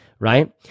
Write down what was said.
Right